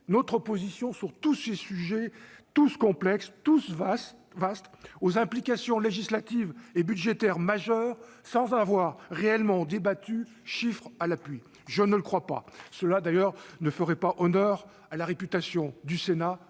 notre position sur ces sujets, tous vastes et complexes, dont les implications législatives et budgétaires sont majeures, sans avoir réellement débattu, chiffres à l'appui ? Je ne le crois pas- cela d'ailleurs ne ferait pas honneur à la réputation de sérieux